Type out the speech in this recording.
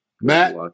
Matt